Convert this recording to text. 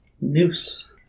Noose